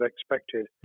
expected